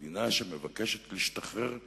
מדינה שמבקשת להשתחרר מאחריויותיה,